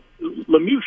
Lemieux